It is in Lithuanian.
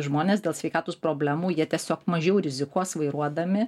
žmonės dėl sveikatos problemų jie tiesiog mažiau rizikuos vairuodami